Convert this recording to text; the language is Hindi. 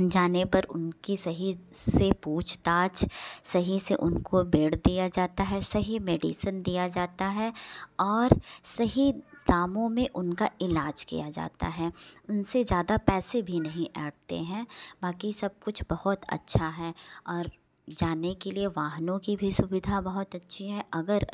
जाने पर उनकी सही से पूछताछ सही से उनको बेड दिया जाता है सही मेडिसिन दिया जाता है और सही दामों में उनका इलाज किया जाता है उनसे ज़्यादा पैसे भी नहीं ऐंठते है बाकी सब कुछ बहुत अच्छा है और जाने के लिए वाहनों की भी सुविधा बहुत अच्छी है अगर